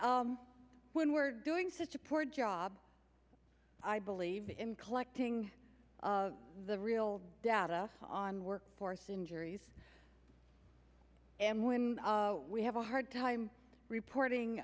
but when we're doing such a poor job i believe in collecting the real data on workforce injuries and when we have a hard time reporting